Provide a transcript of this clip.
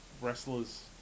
wrestlers